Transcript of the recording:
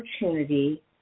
opportunity